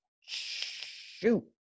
shoot